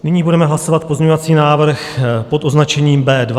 Nyní budeme hlasovat pozměňovací návrh pod označením B2.